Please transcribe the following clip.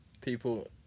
People